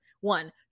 One